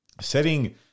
setting